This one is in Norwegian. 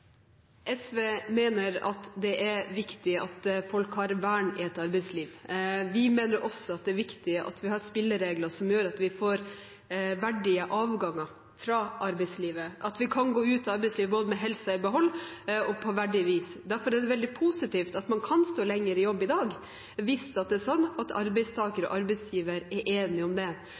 SV mener det er viktig at folk har vern i et arbeidsliv. Vi mener også det er viktig at vi har spilleregler som gjør at vi får verdige avganger fra arbeidslivet, at vi kan gå ut av arbeidslivet både med helsa i behold og på verdig vis. Derfor er det veldig positivt at man kan stå lenger i jobb i dag hvis arbeidstaker og arbeidsgiver er enige om det, og det er det også mange gode eksempler på. Vi mener at